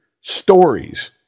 stories